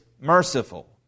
merciful